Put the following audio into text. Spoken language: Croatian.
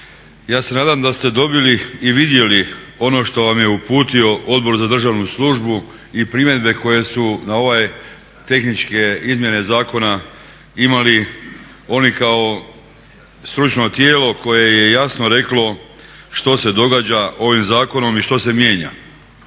ja se nadam da ste dobili i vidjeli ono što vam je uputio Odbor za državnu službu i primjedbe koje su na ovaj tehničke izmjene zakona imali oni kao stručno tijelo koje je jasno reklo što se događa ovim zakonom i što se mijenja,